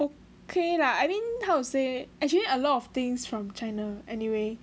okay lah I mean how to say actually a lot of things from China anyway